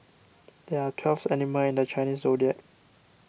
there are twelve animals in the Chinese zodiac